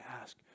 ask